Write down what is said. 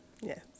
Yes